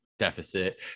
deficit